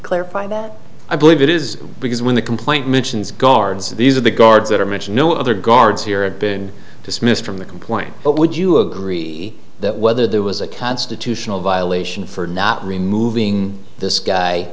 clarify that i believe it is because when the complaint mentions guards these are the guards that are mentioned no other guards here and been dismissed from the complaint but would you agree that whether there was a constitutional violation for not removing this guy